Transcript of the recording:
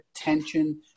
attention